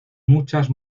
muchas